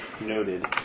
noted